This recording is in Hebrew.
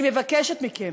אני מבקשת מכם,